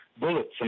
bullets